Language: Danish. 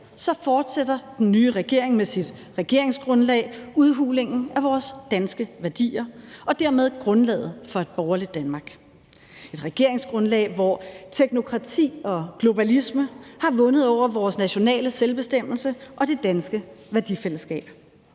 fortsætter den nye regering i sit regeringsgrundlag med udhulingen af vores danske værdier og dermed grundlaget for et borgerligt Danmark – et regeringsgrundlag, hvor teknokrati og globalisme har vundet over vores nationale selvbestemmelse og det danske værdifællesskab.